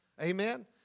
Amen